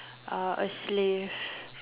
uh a slave